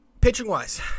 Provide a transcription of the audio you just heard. Pitching-wise